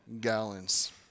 gallons